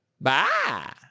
Bye